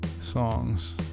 songs